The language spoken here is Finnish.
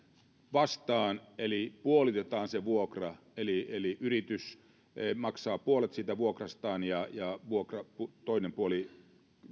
vastaan puolitetaan se vuokra eli eli yritys maksaa puolet siitä vuokrastaan ja ja toinen puoli